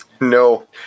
No